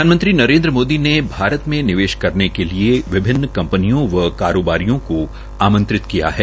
प्रधानमंत्री नरेन्द्र मोदी ने भारत में निवेश करने के लिए विभिन्न कंपनियों व कारोबारियों को आमंत्रित किया है